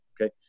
okay